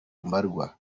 mbarwa